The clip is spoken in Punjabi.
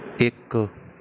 ਇੱਕ